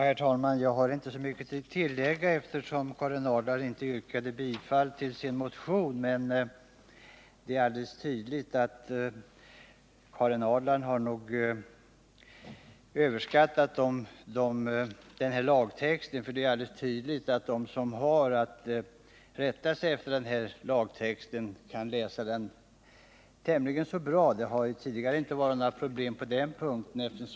Herr talman! Jag har inte så mycket att tillägga eftersom Karin Ahrland inte yrkade bifall till sin motion. Men det är alldeles tydligt att Karin Ahrland har överskattat lagtextens svårighet. Det står helt klart att de som har att rätta sig efter den också kan läsa den tämligen bra. Det har tidigare inte varit några problem på den punkten.